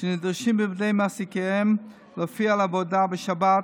שנדרשים בידי מעסיקיהם להופיע לעבודה בשבת,